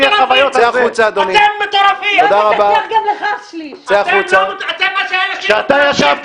תשמיע חוויות מהתקופה שישבת